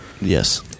Yes